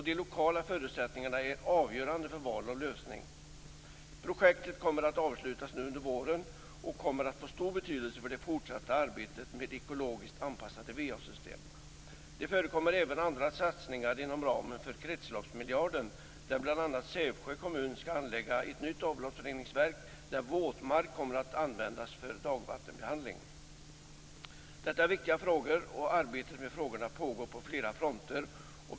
De lokala förutsättningarna är avgörande för val av lösning. Projektet kommer att avslutas nu under våren och kommer att få stor betydelse för det fortsatta arbetet med ekologiskt anpassade va-system. Det förekommer även andra satsningar inom ramen för kretsloppsmiljarden. Bl.a. Sävsjö kommun skall anlägga ett nytt avloppsreningsverk där våtmark kommer att användas för dagvattenbehandling. Detta är viktiga frågor. Arbetet med frågorna pågår på flera fronter.